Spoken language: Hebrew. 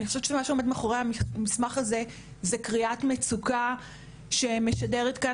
אני חושבת שמה שעומד מאחורי המסמך הזה זה קריאת מצוקה שמשדרת כאן